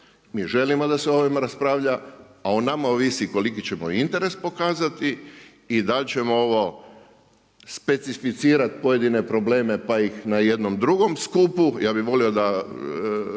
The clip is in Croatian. mi želimo da se o ovime raspravlja, a o nama ovisi koliki ćemo interes pokazati i dal ćemo ovo specificirati pojedine probleme pa ih na jednom drugom skupu, ja bi voli da